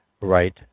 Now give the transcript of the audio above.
right